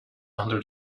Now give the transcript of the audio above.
under